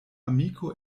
amiko